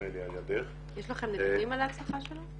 --- יש לכם נתונים על ההצלחה שלו?